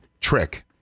trick